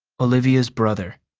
olivia's brother